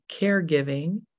caregiving